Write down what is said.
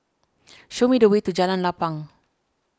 show me the way to Jalan Lapang